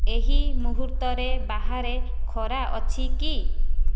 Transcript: ଏହି ମୁହୂର୍ତ୍ତରେ ବାହାରେ ଖରା ଅଛି କି